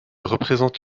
représente